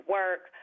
work